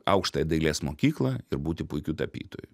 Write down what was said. aukštąją dailės mokyklą ir būti puikiu tapytoju